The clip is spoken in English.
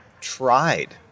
tried